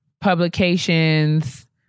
publications